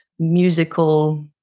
musical